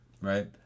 right